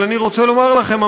אבל אני רוצה לומר לכם,